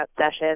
sessions